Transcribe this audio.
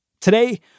Today